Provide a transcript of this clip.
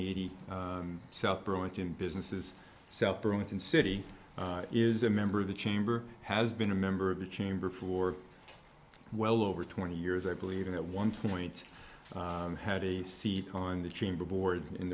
eighty south burlington businesses south burlington city is a member of the chamber has been a member of the chamber for well over twenty years i believe and at one point had a seat on the chamber board